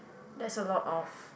that's a lot of